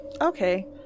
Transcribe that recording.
Okay